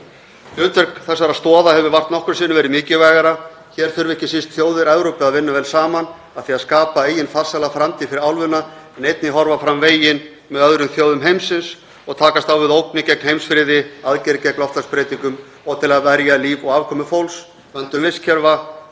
þessara stoða hefur vart nokkru sinni verið mikilvægara. Hér þurfa ekki síst þjóðir Evrópu að vinna vel saman að því að skapa eigin farsæla framtíð fyrir álfuna en einnig horfa fram á veginn með öðrum þjóðum heimsins og takast á við ógnir gegn heimsfriði, vinna að aðgerðum gegn loftslagsbreytingum og verja líf og afkomu fólks með verndun vistkerfa